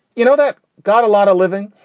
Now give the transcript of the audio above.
you know, that got a lot of living.